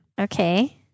Okay